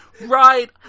Right